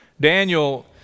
Daniel